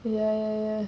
ya ya ya